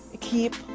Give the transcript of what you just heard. keep